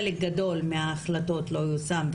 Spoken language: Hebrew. חלק גדול מההחלטות לא יושם,